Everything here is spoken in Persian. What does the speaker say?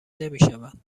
نمیشوند